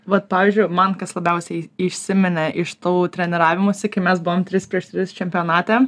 vat pavyzdžiui man kas labiausia įsiminė iš tavo treniravimosi kai mes buvome trys prieš tris čempionate